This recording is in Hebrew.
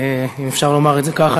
אם אפשר לומר את זה ככה.